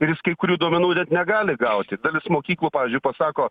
ir jis kai kurių duomenų negali gauti dalis mokyklų pavyzdžiui pasako